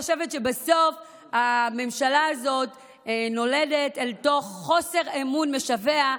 אני חושבת שבסוף הממשלה הזאת נולדת אל תוך חוסר אמון משווע,